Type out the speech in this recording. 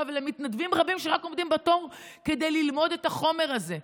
ולמתנדבים רבים שרק עומדים בתור כדי ללמוד את החומר הזה,